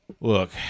Look